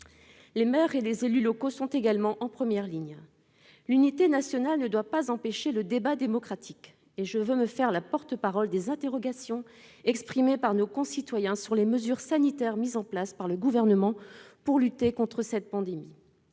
Les maires et les élus locaux sont également en première ligne. L'unité nationale ne doit pas empêcher le débat démocratique, et je veux me faire la porte-parole des interrogations exprimées par nos concitoyens sur les mesures sanitaires mises en place par le Gouvernement pour lutter contre cette pandémie.